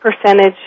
percentage